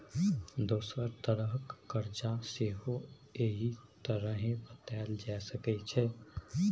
दोसर तरहक करजा सेहो एहि तरहें बताएल जा सकै छै